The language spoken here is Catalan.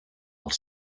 els